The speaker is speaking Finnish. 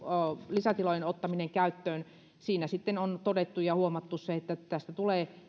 lisätilojen ottamisesta käyttöön on todettu ja huomattu se että tässä tulee